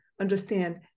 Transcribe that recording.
understand